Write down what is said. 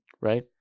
Right